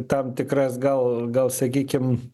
tam tikras gal gal sakykim